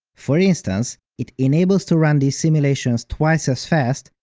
for instance, it enables to run these simulations twice as fast,